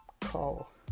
call